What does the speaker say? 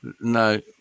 No